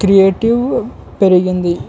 creative పెరిగింది